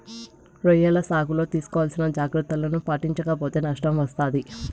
రొయ్యల సాగులో తీసుకోవాల్సిన జాగ్రత్తలను పాటించక పోతే నష్టం వస్తాది